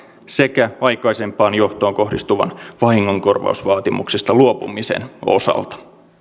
sekä aikaisempaan johtoon kohdistuneen vahingonkorvausvaatimuksista luopumisen osalta